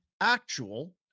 actual